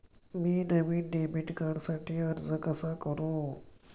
मी नवीन डेबिट कार्डसाठी अर्ज कसा करू?